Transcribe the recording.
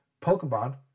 Pokemon